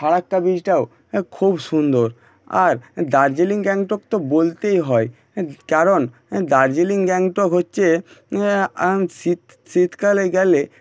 ফারাক্কা ব্রিজটাও খুব সুন্দর আর দার্জিলিং গ্যাংটক তো বলতেই হয় কারণ দার্জিলিং গ্যাংটক হচ্ছে শীতকালে গেলে